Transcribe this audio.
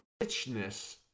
richness